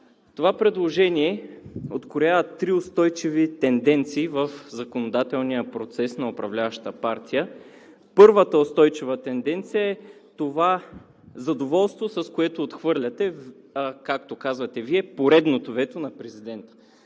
Това предложение откроява три устойчиви тенденции в законодателния процес на управляващата партия. Първата устойчива тенденция е това задоволство, с което, както казвате Вие, поредното вето на президента.